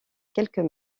quelques